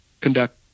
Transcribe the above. conduct